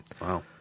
Wow